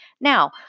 Now